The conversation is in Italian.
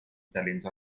talento